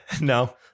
No